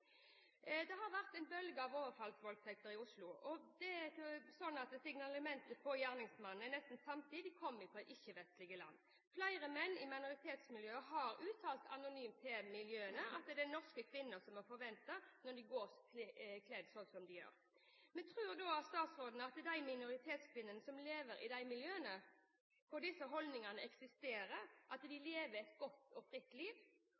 Det har vært en bølge av overfallsvoldtekter i Oslo, og signalementene på gjerningsmennene tilsier at nesten samtlige kommer fra ikke-vestlige land. Flere menn i minoritetsmiljøer har uttalt anonymt til miljøene at det må norske kvinner forvente når de går kledd sånn som de gjør. Men tror da statsråden at de minoritetskvinnene som lever i de miljøene hvor disse holdningene eksisterer, lever et godt og fritt liv?